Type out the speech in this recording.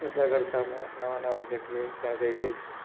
કરતા કરતા આપણે નવા નવા જગ્યાએ જ્યાં જઈએ છીએ